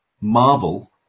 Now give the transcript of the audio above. Marvel